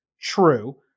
True